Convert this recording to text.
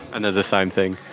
and they're the same thing?